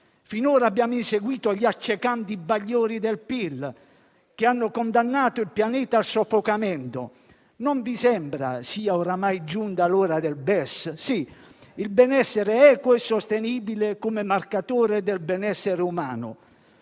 Finora abbiamo inseguito gli accecanti bagliori del PIL, che hanno condannato il pianeta al soffocamento. Non vi sembra sia oramai giunta l'ora del progetto Bes, il benessere equo e sostenibile come marcatore di quello umano?